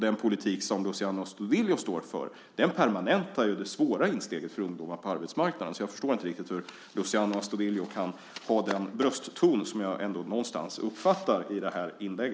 Den politik som Luciano Astudillo står för permanentar ju det svåra inträdet på arbetsmarknaden, så jag förstår inte riktigt hur Luciano Astudillo kan använda de brösttoner som jag uppfattar i hans inlägg.